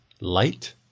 light